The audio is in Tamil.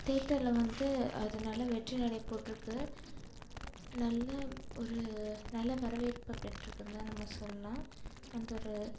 தேட்டரில் வந்து அது நல்ல வெற்றிநடைபோட்டு இருக்குது நல்ல ஒரு நல்ல வரவேற்பை பெற்று இருக்குதுனு தான் நம்ம சொல்லலாம் அந்த ஒரு